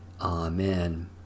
Amen